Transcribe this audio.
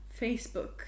Facebook